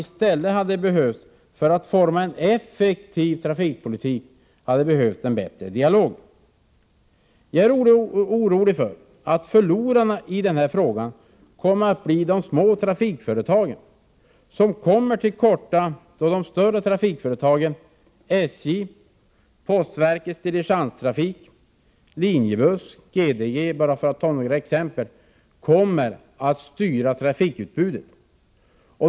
I stället hade man, för att forma en effektiv trafikpolitik, behövt en bättre dialog. Jag är orolig för att förlorarna i denna fråga kommer att bli de små trafikföretagen. De kommer till korta när de större trafikföretagen — SJ, postverkets diligenstrafik, Linjebuss och GDG, för att ta några exempel — kommer att styra trafikutbudet.